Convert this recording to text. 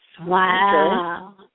Wow